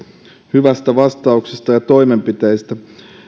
hyvästä vastauksesta ja toimenpiteistä